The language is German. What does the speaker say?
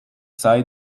sei